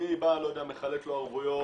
מי בא ומחלט לו ערבויות,